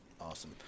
Awesome